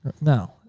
No